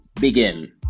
begin